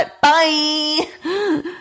bye